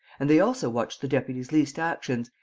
and they also watched the deputy's least actions,